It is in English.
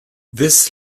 this